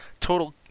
Total